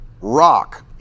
rock